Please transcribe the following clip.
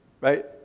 Right